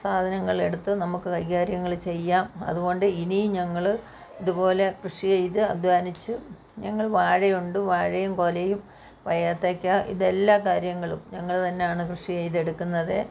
സാധനങ്ങളെടുത്തു നമുക്ക് കൈകാര്യങ്ങൾ ചെയ്യാം അതുകൊണ്ട് ഇനിയും ഞങ്ങൾ ഇതുപോലെ കൃഷി ചെയ്തു അദ്ധ്വാനിച്ചു ഞങ്ങൾ വാഴയുണ്ട് വാഴയും കുലയും ഏത്തക്ക ഇതെല്ലാ കാര്യങ്ങളും ഞങ്ങൾ തന്നെയാണ് കൃഷി ചെയ്തെടുക്കുന്നത്